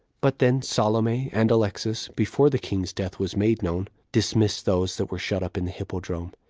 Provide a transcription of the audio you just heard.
but then salome and alexas, before the king's death was made known, dismissed those that were shut up in the hippodrome,